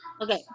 Okay